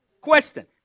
Question